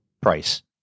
price